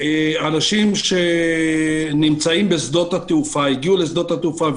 אנשים שהגיעו לשדות התעופה,